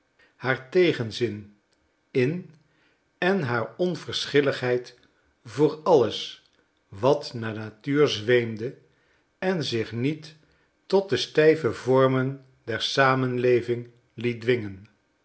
haar tegenzin in en haar onverschilligheid voor alles wat naar natuur zweemde en zich niet tot de stijve vormen der samenleving liet dwingen